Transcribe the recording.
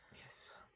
Yes